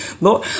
Lord